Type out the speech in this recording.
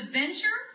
venture